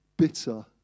bitter